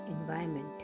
environment